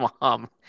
mom